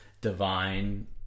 divine